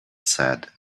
said